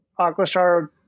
Aquastar